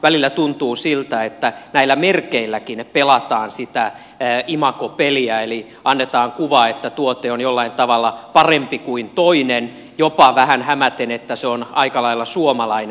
välillä tuntuu siltä että näillä merkeilläkin pelataan sitä imagopeliä eli annetaan kuva että tuote on jollain tavalla parempi kuin toinen jopa vähän hämäten että se on aika lailla suomalainen